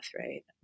right